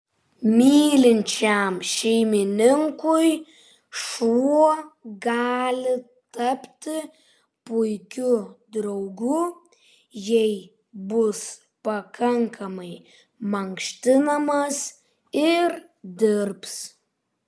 mylinčiam šeimininkui šuo gali tapti puikiu draugu jei bus pakankamai mankštinamas ir dirbs